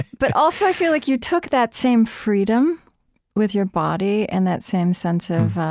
but also, i feel like you took that same freedom with your body and that same sense of